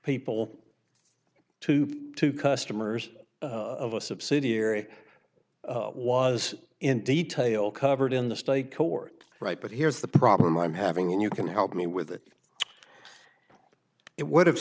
people to to customers of a subsidiary was in detail covered in the state court right but here's the problem i'm having and you can help me with it it would have